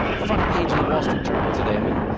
front page of the wall street journal today. i mean,